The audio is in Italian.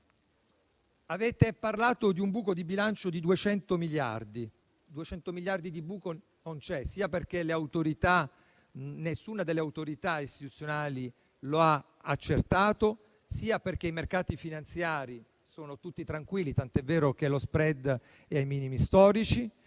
avete parlato di un buco di bilancio di 200 miliardi; buco che non c'è sia perché nessuna delle autorità istituzionali lo ha accertato, sia perché i mercati finanziari sono tranquilli; tant'è vero che lo *spread* è ai minimi storici.